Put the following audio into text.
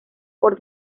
por